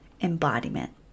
embodiment